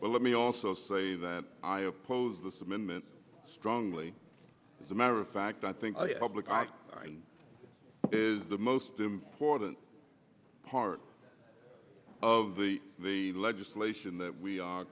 but let me also say that i oppose this amendment strongly as a matter of fact i think public eye is the most important part of the the legislation that we are